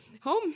home